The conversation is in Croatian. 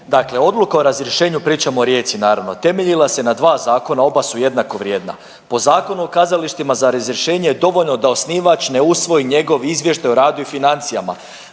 dakle odluka o razrješenju, pričamo o Rijeci, naravno, temeljila se na dva zakona, oba su jednako vrijedna. Po zakonu o kazalištima za razrješenje je dovoljno da osnivač ne usvoji njegov izvještaj o radu i financijama.